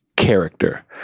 character